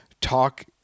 talk